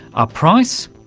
are price,